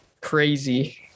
crazy